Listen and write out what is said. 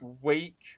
week